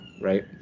right